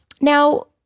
Now